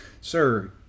Sir